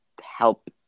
help